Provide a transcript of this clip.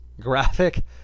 graphic